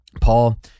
Paul